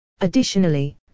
Additionally